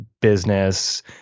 business